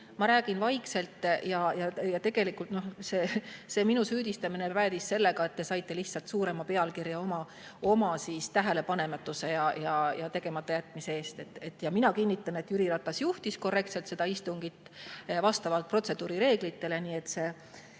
ma räägin vaikselt. See minu süüdistamine aga päädis sellega, et te saite lihtsalt suurema pealkirja oma tähelepanematuse ja tegematajätmise eest. Ja mina kinnitan, et Jüri Ratas juhtis korrektselt seda istungit, vastavalt protseduurireeglitele. See